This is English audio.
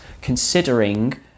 considering